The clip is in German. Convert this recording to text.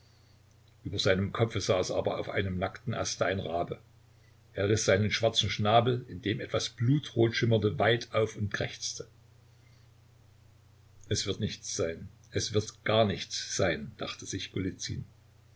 über seinem kopfe saß aber auf einem nackten aste ein rabe er riß seinen schwarzen schnabel in dem etwas blutrot schimmerte weit auf und krächzte es wird nichts sein es wird gar nichts sein dachte sich